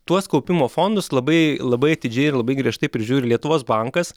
tuos kaupimo fondus labai labai atidžiai ir labai griežtai prižiūri lietuvos bankas